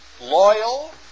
loyal